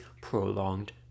prolonged